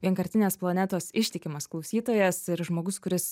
vienkartinės planetos ištikimas klausytojas ir žmogus kuris